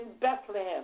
Bethlehem